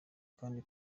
kandi